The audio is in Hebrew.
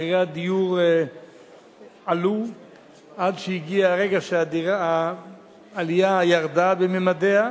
מחירי הדיור עלו עד שהגיע הרגע שהעלייה ירדה בממדיה,